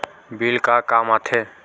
Bill का काम आ थे?